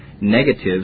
negatives